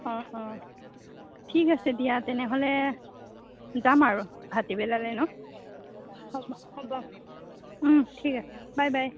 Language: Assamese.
অঁ অঁ ঠিক আছে দিয়া তেনেহ'লে যাম আৰু ভাতিবেলালৈ ন হ'ব হ'ব ঠিক আছে বাই বাই